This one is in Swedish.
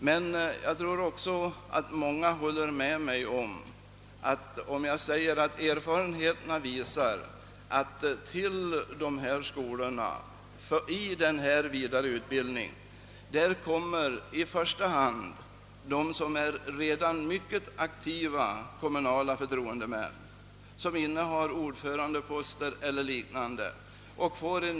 Men jag tror att många håller med mig om att erfarenheten har visat, att det till denna betydelsefulla vidareutbildning i första hand kommer personer, som redan är mycket aktiva kommunala förtroendemän och som innehar ordförandeposter och liknande.